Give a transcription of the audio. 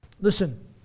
Listen